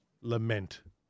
lament